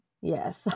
Yes